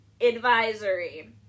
advisory